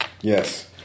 Yes